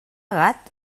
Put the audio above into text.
gat